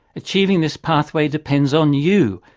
achieving this pathway depends on you,